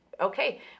okay